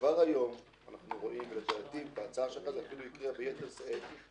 כבר היום אנחנו רואים ולדעתי בהצעה שלך זה אפילו יקרה ביתר שאת,